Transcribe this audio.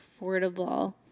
affordable